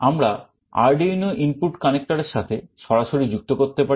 আমরা Arduino input connector এর সাথে সরাসরি যুক্ত করতে পারি